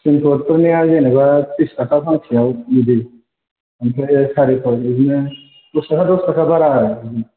थिन फुट फोरनिया जेनेबा थ्रिस थाखा फांसेयाव बेबायदि ओमफ्राय सारि फुट बिदिनो दस थाखा दस थाखा बारा आरो